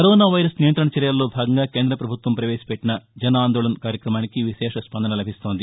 corona virus నియంత్రణ చర్యల్లో భాగంగా కేంద్రపభుత్వం ప్రవేశపెట్టిన జన్ అందోళన్ కార్యక్రమానికి విశేష స్పందన లభిస్తోంది